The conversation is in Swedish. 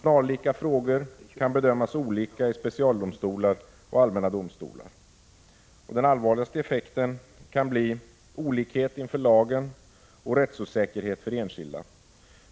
Snarlika frågor kan bedömas olika i specialdomstolar och allmänna domstolar. Den allvarligaste effekten kan bli olikhet inför lagen och rättsosäkerhet för enskilda.